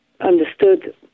understood